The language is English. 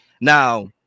now